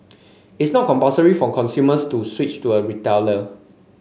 it's not compulsory for consumers to switch to a retailer